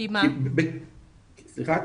לנו